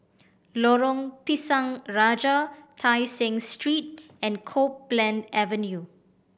Lorong Pisang Raja Tai Seng Street and Copeland Avenue